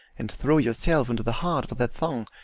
and throw yourself into the heart of that throng,